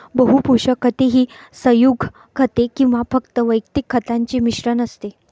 बहु पोषक खते ही संयुग खते किंवा फक्त वैयक्तिक खतांचे मिश्रण असते